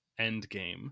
Endgame